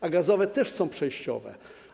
A gazowe też są przejściowe.